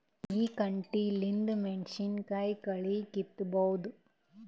ಈ ಕಂಟಿಲಿಂದ ಮೆಣಸಿನಕಾಯಿ ಕಳಿ ಕಿತ್ತಬೋದ?